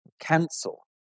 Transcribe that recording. cancel